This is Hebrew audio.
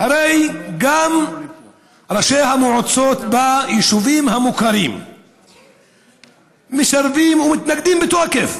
הרי גם ראשי המועצות ביישובים המוכרים מסרבים ומתנגדים בתוקף: